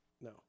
No